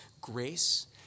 Grace